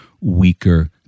weaker